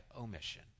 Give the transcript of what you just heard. omission